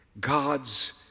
God's